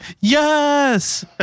Yes